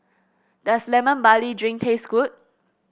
does Lemon Barley Drink taste good